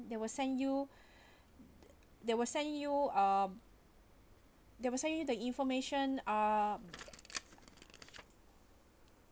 they will send you they will send you um they will send you the information ah